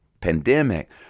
Pandemic